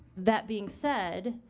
that being said,